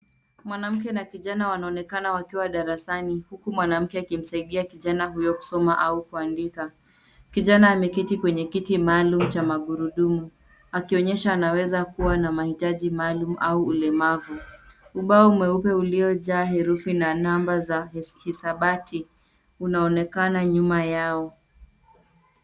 Mwanamke na kijana wanaonekana wakiwa darasani huku mwanamke akimsaidia kijana huyo kusoma au kuandika. Kijana ameketi kwenye kiti maalum cha magurudumu akionyesha anaweza kuwa na mahitaji maalum au ulemavu. Ubao mweupe uliojaa herufi na namba za hisabati unaonekana nyuma yao.